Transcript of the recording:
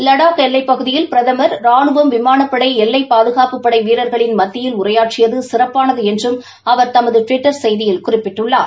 லடாக் எல்லைப் பகுதியில் பிரதம் ரானுவம் விமானப்படை எல்லை பாதுகாப்புப் படை வீரர்களின் மத்தியில் உரையாற்றியது சிறப்பானது என்றும் அவர் தமது டுவிட்டர் செய்தியில் குறிப்பிட்டுள்ளார்